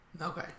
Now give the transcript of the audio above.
Okay